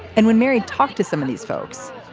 and when mary talked to some of these folks,